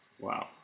Wow